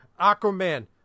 Aquaman